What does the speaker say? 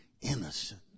innocent